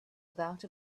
without